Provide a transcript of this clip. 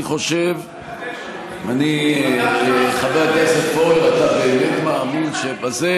אני חושב, חבר הכנסת פורר, אתה באמת מאמין שבזה,